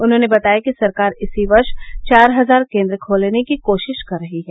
उन्होंने बताया कि सरकार इसी वर्ष चार हजार केन्द्र खोलने की कोशिश कर रही है